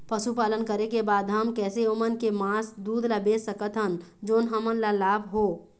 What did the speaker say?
पशुपालन करें के बाद हम कैसे ओमन के मास, दूध ला बेच सकत हन जोन हमन ला लाभ हो?